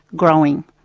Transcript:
growing.